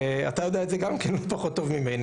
אתה יודע את זה לא פחות טוב ממני,